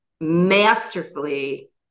masterfully